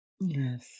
Yes